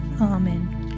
Amen